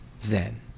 zen